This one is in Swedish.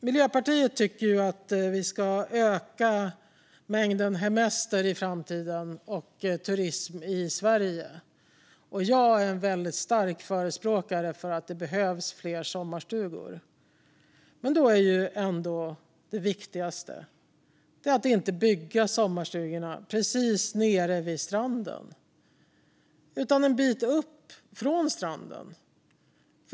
Miljöpartiet tycker att vi i framtiden ska öka mängden hemester och turism i Sverige. Jag är en stark förespråkare för att det behövs fler sommarstugor. Men då är det viktigaste ändå att inte bygga sommarstugorna precis nere vid stranden utan en bit upp från stranden.